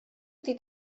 ydy